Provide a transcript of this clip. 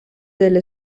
delle